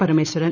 Parameswaran